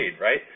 right